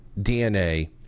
DNA